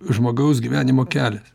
žmogaus gyvenimo kelias